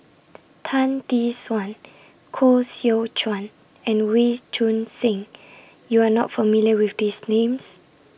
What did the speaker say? Tan Tee Suan Koh Seow Chuan and Wee Choon Seng YOU Are not familiar with These Names